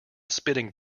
spitting